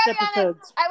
episodes